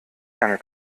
lange